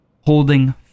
holding